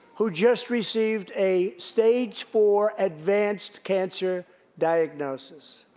who just received a stage four advanced cancer diagnosis.